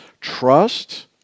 trust